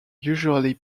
usually